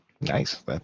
Nice